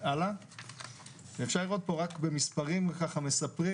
אפשר לראות פה רק במספרים מספרים.